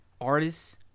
artists